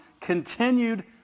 continued